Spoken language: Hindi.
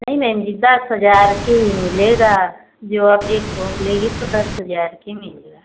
नहीं नहीं दस हज़ार की ही मिलेगा जो आप एक ठो लेंगी तो दस हज़ार की मिलेगा